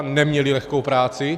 Neměli lehkou práci.